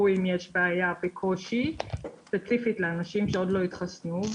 אם יש בעיה או קושי ספציפית לאנשים שעוד לא התחסנו,